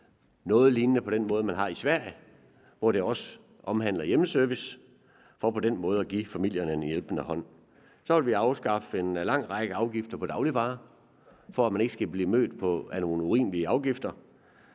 den ligner den, de har i Sverige, hvor den også omfatter hjemmeservice, for på den måde at give familierne en hjælpende hånd. Kl. 15:29 Så vil vi afskaffe en lang række afgifter på dagligvarer, for at man ikke skal blive mødt af nogle urimelige afgifter.